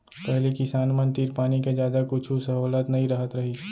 पहिली किसान मन तीर पानी के जादा कुछु सहोलत नइ रहत रहिस